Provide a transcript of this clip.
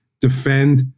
defend